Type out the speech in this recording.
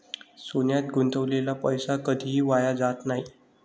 सोन्यात गुंतवलेला पैसा कधीही वाया जात नाही